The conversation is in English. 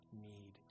need